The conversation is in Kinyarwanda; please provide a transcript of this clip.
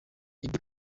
eddy